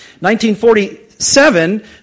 1947